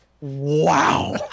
Wow